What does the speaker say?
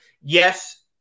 yes